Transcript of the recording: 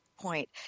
point